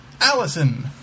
Allison